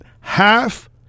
Half